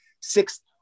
six